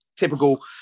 Typical